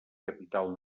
capital